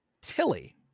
Tilly